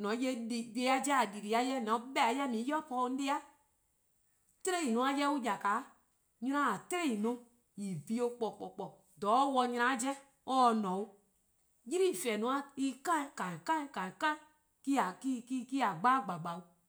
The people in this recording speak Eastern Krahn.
:mor :on 'ye deh+-a 'jeh :a di-e di :diii: :on se 'beh dih :on 'ye-ih po 'o 'an 'dei', 'tiei:-a 'jeh on :ya-a' 'de, 'nynor-a 'tiei: 'i en bin-or :kpor :kpor, :dha or 'ye-a dih nyana 'do se :ne 'o. :ylii-for+-a kind :kind kind me-: :a gba-dih or :gba-dihih' 'o. 'de dih